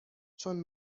چون